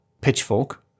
pitchfork